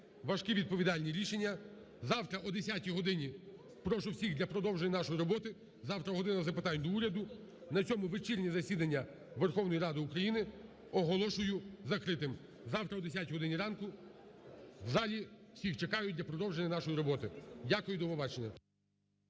важкі відповідальні рішення. Завтра о 10 годині прошу всіх для продовження нашої роботи, завтра "година запитань до Уряду". На цьому вечірнє засідання Верховної Ради України оголошую закритим. Завтра о 10 годині ранку в залі всіх чекаю для продовження нашої роботи. Дякую і до побачення.